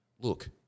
Look